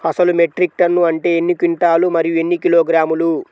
అసలు metric ton అంటే ఎన్ని క్వింటాలు మరియు ఎన్ని కిలోగ్రాములు?